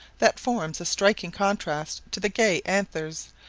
that forms a striking contrast to the gay anthers,